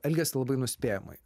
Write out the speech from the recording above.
elgiasi labai nuspėjamai